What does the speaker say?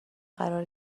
قرار